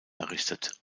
errichtet